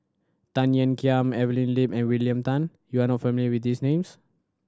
Tan Ean Kiam Evelyn Lip and William Tan you are not familiar with these names